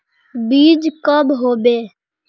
बीज कब होबे?